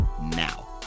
Now